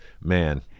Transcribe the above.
man